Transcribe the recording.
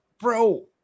Bro